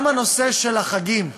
גם הנושא של החגים,